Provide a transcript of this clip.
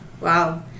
Wow